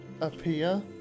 appear